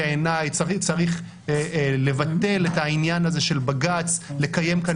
צריך לבטל את העניין הזה של בג"ץ ולקיים כאן